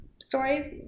stories